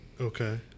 Okay